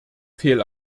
fehl